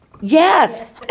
Yes